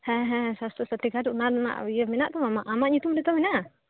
ᱦᱮᱸ ᱦᱮᱸ ᱥᱟᱥᱛᱷᱚ ᱥᱟᱛᱷᱤ ᱠᱟᱨᱰ ᱚᱱᱟ ᱨᱮᱱᱟᱜ ᱤᱭᱟᱹ ᱢᱮᱱᱟᱜ ᱛᱟᱢᱟ ᱟᱢᱟᱜ ᱧᱩᱛᱩᱢ ᱜᱮᱛᱚ ᱢᱮᱱᱟᱜ ᱟ